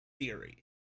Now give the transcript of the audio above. theory